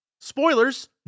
Spoilers